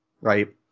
Right